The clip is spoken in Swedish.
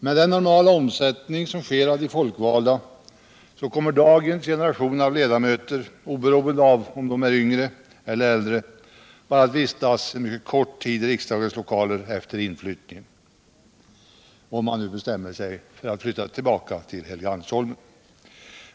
Med den normala omsättning som sker av de folkvalda kommer dagens generation av ledamöter, oberoende av om de är yngre eller äldre, bara att vistas en kort tid i riksdagens lokaler efter inflyttningen, om man nu bestämmer sig för att flytta tillbaka till Helgeandsholmen.